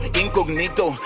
incognito